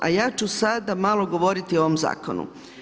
A ja ću sada malo govoriti o ovom zakonu.